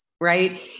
right